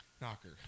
Knocker